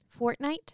Fortnite